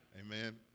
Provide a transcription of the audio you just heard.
Amen